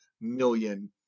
million